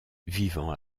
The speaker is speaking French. vivant